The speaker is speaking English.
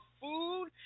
food